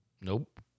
Nope